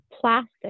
plastic